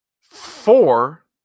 four